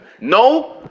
No